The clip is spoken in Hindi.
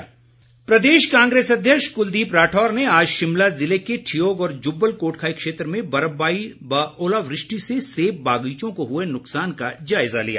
कांग्रेस प्रदेश कांग्रेस अध्यक्ष क्लदीप राठौर ने आज शिमला ज़िले के ठियोग और जुब्बल कोटखाई क्षेत्र में बर्फबारी व ओलावृष्टि से सेब बागीचों को हए नुकसान का जायजा लिया